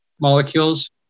molecules